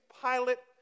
pilot